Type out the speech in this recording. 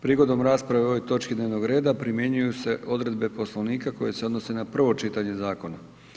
Prigodom rasprave o ovoj točki dnevnoga reda primjenjuju se odredbe Poslovnika koje se odnose na prvo čitanje zakona.